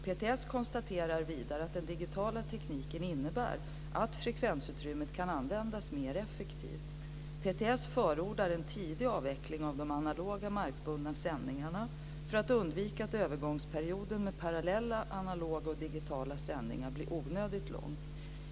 PTS konstaterar vidare att den digitala tekniken innebär att frekvensutrymmet kan användas mer effektivt. PTS förordar en tidig avveckling av de analoga markbundna sändningarna för att undvika att övergångsperioden med parallella analoga och digitala sändningar blir onödigt lång.